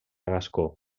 gascó